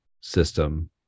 system